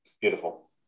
beautiful